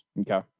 Okay